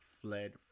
fled